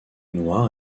noir